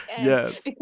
Yes